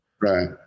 Right